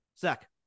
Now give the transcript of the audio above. Zach